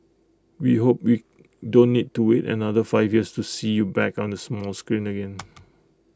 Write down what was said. we hope we don't need to wait another five years to see you back on the small screen again